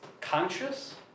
conscious